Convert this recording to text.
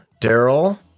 Daryl